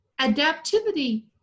Adaptivity